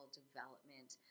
development